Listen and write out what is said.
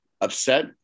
upset